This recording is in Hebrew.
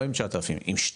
לא עם 9,000 עם 12,000